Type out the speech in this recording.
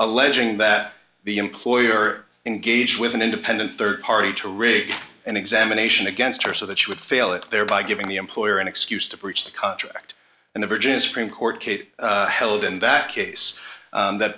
alleging that the employer engaged with an independent third party to rig an examination against her so that she would fail it thereby giving the employer an excuse to breach the contract and the virginia supreme court case held in that case that